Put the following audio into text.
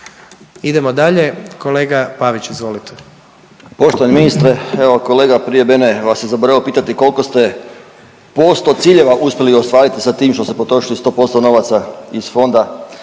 Željko (Socijaldemokrati)** Poštovani ministre. Evo, kolega prije mene vas je zaboravio pitati koliko ste posto ciljeva uspjeli ostvariti sa tim što ste potrošili 100% novaca iz Fonda